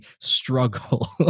struggle